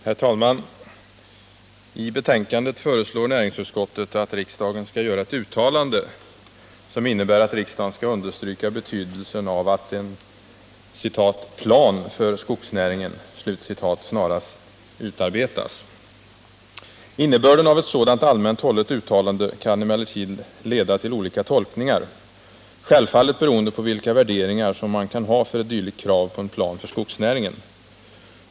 Herr talman! I betänkandet föreslår näringsutskottet, att riksdagen skall göra ett uttalande som innebär att riksdagen skall understryka betydelsen av att en ”plan för skogsnäringen” snarast utarbetas. Innebörden av ett sådant allmänt hållet uttalande kan emellertid leda till olika tolkningar — självfallet beroende på vilka värderingar man kan ha för ett dylikt krav på en ”plan för skogsnäringen”.